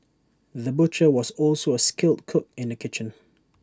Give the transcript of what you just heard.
the butcher was also A skilled cook in the kitchen